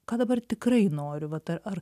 ką dabar tikrai noriu vat a ar